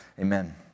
amen